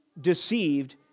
deceived